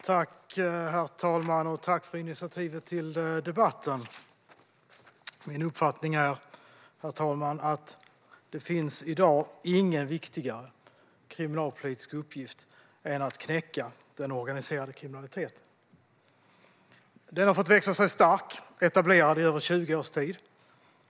Herr talman! Tack för initiativet till debatten! Min uppfattning är, herr talman, att det inte finns någon viktigare kriminalpolitisk uppgift än att knäcka den organiserade kriminaliteten. Den har fått växa sig stark och etablerad i över 20 års tid.